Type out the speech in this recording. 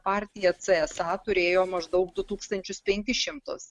partija cė es a turėjo maždaug du tūkstančius penkis šimtus